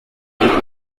bityo